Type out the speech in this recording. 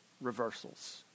reversals